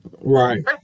Right